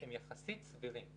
הם יחסית סבירים.